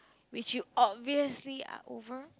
which you obviously are over